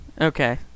Okay